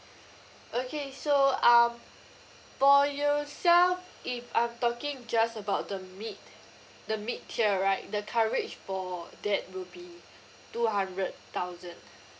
okay so um for yourself if I'm talking just about the mid the mid tier right the coverage for that will be two hundred thousand